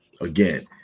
Again